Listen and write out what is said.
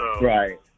Right